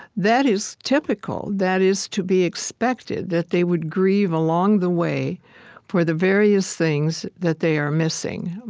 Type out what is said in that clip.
that is typical. that is to be expected that they would grieve along the way for the various things that they are missing.